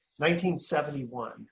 1971